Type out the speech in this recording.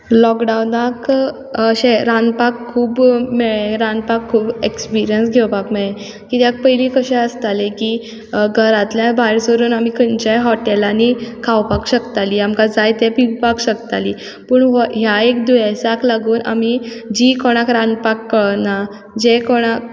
लॉकडावनांत अशें रांदपाक खूब मेळ्ळें रांदपाक खूब एक्सपिरियंस घेवपाक मेळ्ळें कित्याक पयलीं कशें आसतालें की घरांतल्या भायर सरून आमी खंयच्याय हॉटेलांनी खावपाक शकतालीं आमकां जाय तें पिवपाक शकतालीं पूण ह्या एक दुयेंसाक लागून आमी जीं कोणाक रांदपाक कळना जें कोणाक